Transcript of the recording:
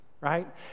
right